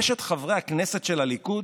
יש את חברי הכנסת של הליכוד,